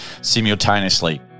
simultaneously